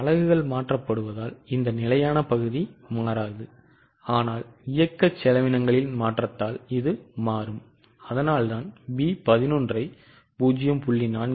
அலகுகள் மாற்றப்படுவதால் இந்த நிலையான பகுதி மாறாது ஆனால் இயக்க செலவினங்களின் மாற்றத்தால் இது மாறும் அதனால்தான் B 11 ஐ 0